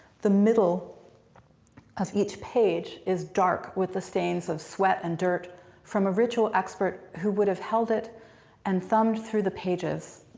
the middle as each page is dark with the stains of sweat and dirt from a ritual expert who would have held it and thumbed through the pages,